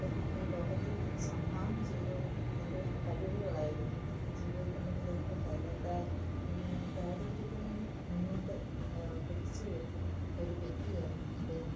അദ്ദേഹം ഈ ലോകത്തിന് സംഭാവന ചെയ്തത് തൻ്റെ ആ കഴിവുകളായിരുന്നു ജീവിതത്തിൻ്റെ മുതൽകൂട്ടായിരുന്നു ദാരിദ്ര്യത്തിൽ നിന്നും മുന്നോട്ട് കുതിച്ചുയർന്ന ഒരു വ്യക്തിയായിരുന്നു അദ്ദേഹം